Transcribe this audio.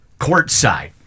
courtside